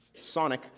Sonic